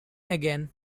again